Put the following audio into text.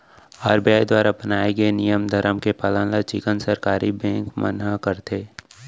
RBI दुवारा बनाए गे नियम धरम के पालन ल चिक्कन सरकारी बेंक मन ह करथे